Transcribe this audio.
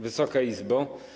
Wysoka Izbo!